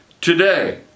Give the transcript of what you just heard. today